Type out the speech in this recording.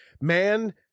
man